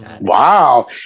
wow